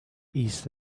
east